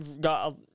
got